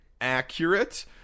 accurate